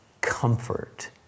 comfort